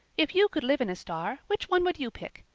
if you could live in a star, which one would you pick?